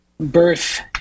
birth